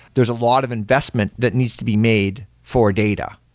there's a lot of investment that needs to be made for data.